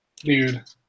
dude